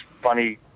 funny